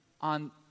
on